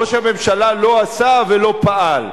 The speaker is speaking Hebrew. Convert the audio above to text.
ראש הממשלה לא עשה ולא פעל.